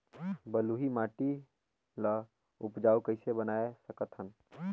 बलुही माटी ल उपजाऊ कइसे बनाय सकत हन?